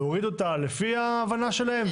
להוריד אותה לפי ההבנה שלהם,